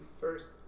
first